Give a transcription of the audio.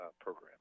program